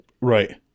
Right